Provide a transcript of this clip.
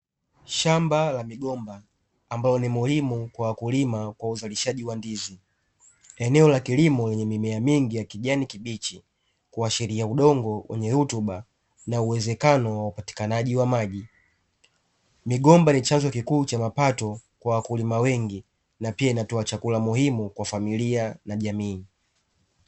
Shamba la migomba ambayo ni muhimu kwa wakulima kwa uzalishaji wa ndizi. Eneo la kilimo lenye mimea mingi ya kijani kibichi kuashiria udongo wenye rutuba na uwezekano wa upatikanaji wa maji. Migomba ni chanzo kikuu cha mapato kwa wakulima wengi na pia ni inatoa chakula muhimu kwa familia na jamii.